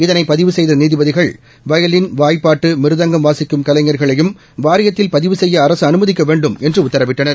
இதனைப் பதிவு செய்த நீதிபதிகள் வயலின் வாய்ப்பாட்டு மிருதங்கம் வாசிக்கும் கலைஞர்களையும் வாரியத்தில் பதிவு செய்ய அரசு அனுமதிக்க வேண்டும் என்று உத்தரவிட்டனர்